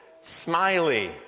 smiley